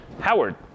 Howard